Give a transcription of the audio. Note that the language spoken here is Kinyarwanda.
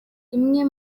imwe